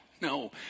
No